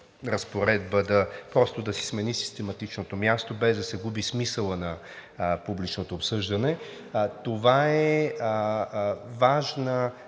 си смени систематичното място, без да се губи смисълът на публичното обсъждане. Това е важна